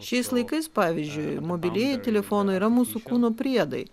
šiais laikais pavyzdžiui mobilieji telefonai yra mūsų kūno priedai